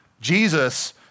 Jesus